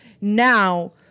now